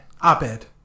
Op-ed